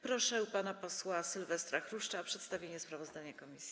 Proszę pana posła Sylwestra Chruszcza o przedstawienie sprawozdania komisji.